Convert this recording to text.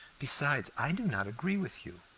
besides, i do not agree with you.